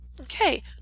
Okay